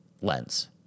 lens